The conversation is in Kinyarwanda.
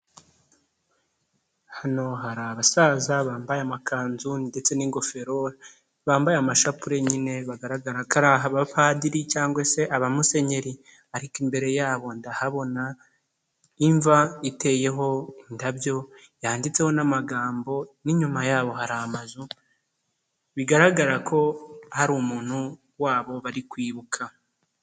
Hano hari abasaza bambaye amakanzu ndetse n'ingofero, bambaye amashapule bagaragara ko ari abapadiri cyangwa se aba musenyeri ariko imbere yabo ndahabona imva iteyeho indabyo, yanditseho n'amagambo n'inyuma yabo hari amazu, bigaragara ko hari umuntu wabo bari kwibuka.